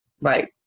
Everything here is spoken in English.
Right